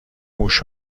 موش